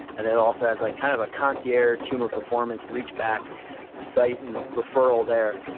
and it also has like kind of a concierge human performance reach back site and referral there.